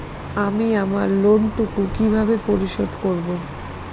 আমি আমার লোন টুকু কিভাবে পরিশোধ করব?